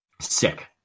Sick